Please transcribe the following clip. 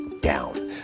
down